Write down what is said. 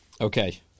Okay